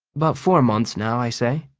about four months now, i say.